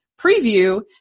preview